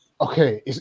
okay